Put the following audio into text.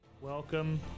Welcome